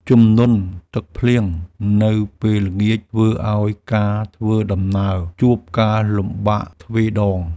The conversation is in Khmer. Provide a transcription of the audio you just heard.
ជំនន់ទឹកភ្លៀងនៅពេលល្ងាចធ្វើឱ្យការធ្វើដំណើរជួបការលំបាកទ្វេដង។